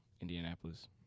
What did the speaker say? Indianapolis